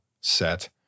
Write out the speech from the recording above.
set